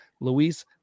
Luis